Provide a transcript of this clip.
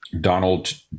Donald